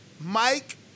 Mike